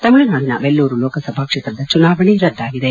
ತಮಿಳುನಾಡಿನ ವೆಲ್ಲೂರು ಲೋಕಸಭಾ ಕ್ಷೇತ್ರದ ಚುನಾವಣೆ ರದ್ದಾಗಿದೆ